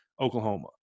Oklahoma